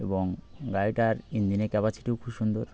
এবং গাড়িটার ইঞ্জিনের ক্যাপাসিটিও খুব সুন্দর